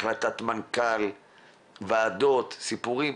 החלטת מנכ"ל, ועדות, סיפורים?